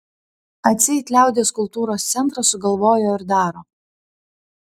atseit liaudies kultūros centras sugalvojo ir daro